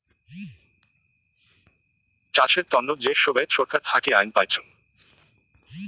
চাষের তন্ন যে সোগায় ছরকার থাকি আইন পাইচুঙ